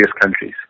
countries